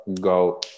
go